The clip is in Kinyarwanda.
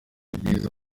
byiza